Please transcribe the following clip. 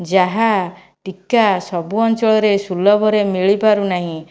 ଯାହା ଟୀକା ସବୁ ଅଞ୍ଚଳରେ ସୁଲଭରେ ମିଳିପାରୁ ନାହିଁ